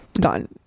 gone